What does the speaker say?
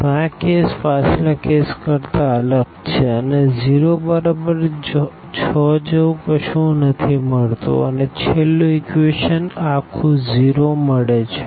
4 1 0 તો આ કેસ પાછલા કેસ કરતા અલગ છે અને 0 બરાબર 6 જેવું કશું નથી મળતું અને છેલ્લું ઇક્વેશન આખું 0 મળે છે